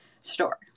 store